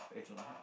it's in my heart